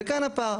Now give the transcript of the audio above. וכאן הפער.